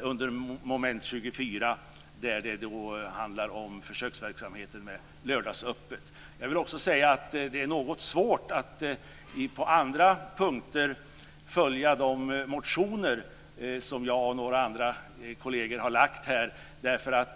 under mom. 24 där det handlar om försöksverksamheten med lördagsöppet. Jag vill också säga att det är något svårt att på andra punkter följa de motioner som jag och några kolleger har lagt.